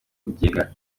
kwigenga